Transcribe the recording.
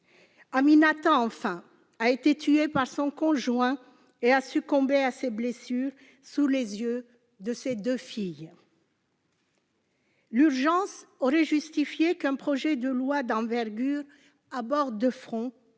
Aminata, enfin, a été tuée par son conjoint et a succombé à ses blessures, sous les yeux de ses deux filles. L'urgence aurait justifié qu'un projet de loi d'envergure aborde de front